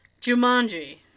Jumanji